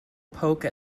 poke